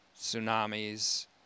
tsunamis